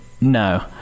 No